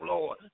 Lord